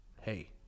hey